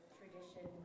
tradition